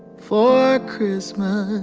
for christmas.